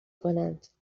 کنند